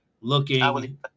looking